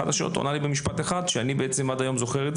השאלות הוא ענה לי במשפט אחד שאני זוכר עד היום.